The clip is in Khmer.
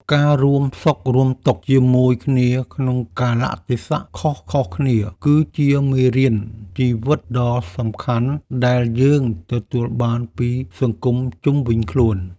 ការរួមសុខរួមទុក្ខជាមួយគ្នាក្នុងកាលៈទេសៈខុសៗគ្នា គឺជាមេរៀនជីវិតដ៏សំខាន់ដែលយើងទទួលបានពីសង្គមជុំវិញខ្លួន។